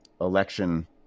election